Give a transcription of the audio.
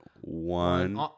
one